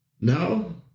No